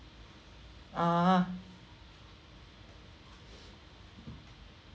ah